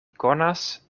konas